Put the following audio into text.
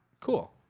Cool